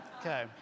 Okay